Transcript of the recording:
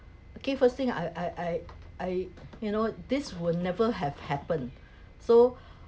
okay first thing I I I I you know this will never have happened so